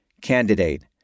Candidate